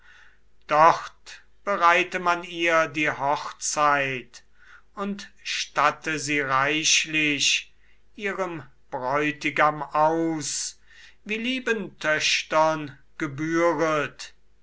dort bereite man ihr die hochzeit und statte sie reichlich ihrem bräutigam aus wie lieben töchtern gebühret